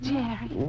Jerry